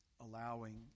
allowing